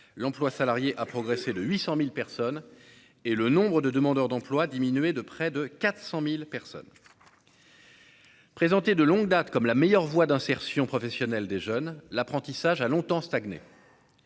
l'emploi salarié a progressé de 800000 personnes et le nombre de demandeurs d'emploi a diminué de près de 400000 personnes. Présenté de longue date comme la meilleure voie d'insertion professionnelle des jeunes, l'apprentissage a longtemps stagné.